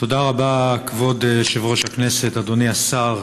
תודה רבה, כבוד יושב-ראש הכנסת, אדוני השר,